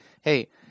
hey